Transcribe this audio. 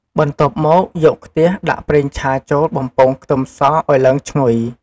បន្ទាប់មកយកខ្ទះដាក់ប្រេងឆាចូលបំពងខ្ទឹមសឱ្យឡើងឈ្ងុយ។